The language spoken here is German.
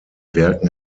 werken